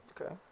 Okay